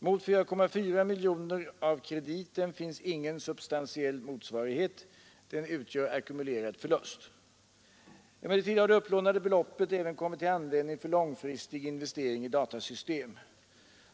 Till 4,4 miljoner kronor av krediten finns ingen substantiell motsvarighet; den utgör ackumulerad förlust. Emellertid har det upplånade beloppet även kommit till användning för långfristig investering i datasystem.